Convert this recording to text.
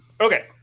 Okay